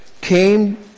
came